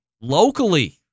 locally